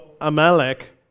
Amalek